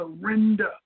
surrender